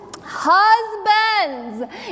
Husbands